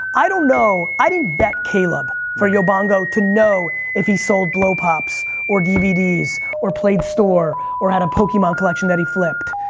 i don't know, i didn't vet caleb for yobongo to know if he sold blow pops or dvds or played store or had a pokemon collection that he flipped,